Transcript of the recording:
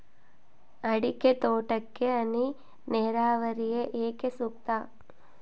ಅಡಿಕೆ ತೋಟಕ್ಕೆ ಹನಿ ನೇರಾವರಿಯೇ ಏಕೆ ಸೂಕ್ತ?